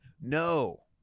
No